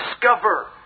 discover